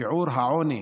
ששיעור העוני